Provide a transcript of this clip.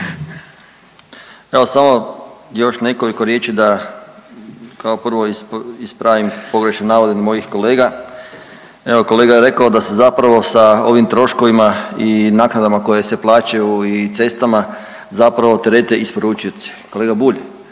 Evo samo još nekoliko riječi da kao prvo ispravim pogrešne navode mojih kolega. Evo kolega je rekao da se zapravo sa ovim troškovima i naknadama koje se plaćaju i cestama zapravo terete isporučioci. Kolega Bulj